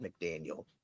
McDaniel